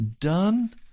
done